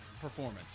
performance